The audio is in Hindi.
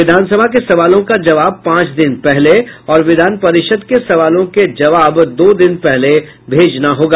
विधानसभा के सवालों का जवाब पांच दिन पहले और विधान परिषद के सवालों के जवाब दो दिन पहले भेजना होगा